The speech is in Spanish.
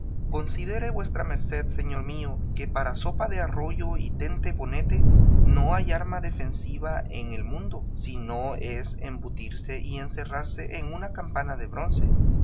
considere vuesa merced señor mío que para sopa de arroyo y tente bonete no hay arma defensiva en el mundo si no es embutirse y encerrarse en una campana de bronce